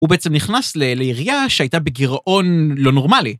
הוא בעצם נכנס לעירייה שהייתה בגירעון לא נורמלי.